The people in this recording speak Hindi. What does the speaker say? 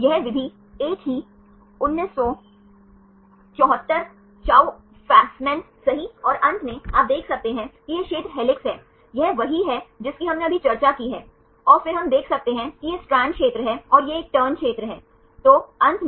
यहाँ 1 1 1 y y 1 y 2 y 3 z 1 z 2 z 3 है A के बराबर